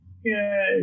yay